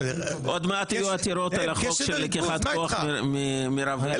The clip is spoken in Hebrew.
עוד מעט יהיו עתירות על החוק של לקיחת כוח מרב עיר,